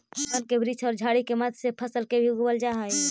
वन के वृक्ष औउर झाड़ि के मध्य से फसल के भी उगवल जा हई